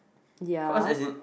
ya